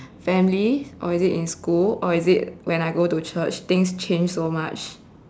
family or is it in school or is it when I go to church things change so much